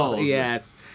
Yes